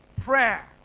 prayer